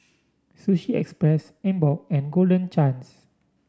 Sushi Express Emborg and Golden Chance